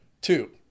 Two